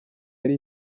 yari